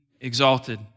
exalted